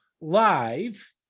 live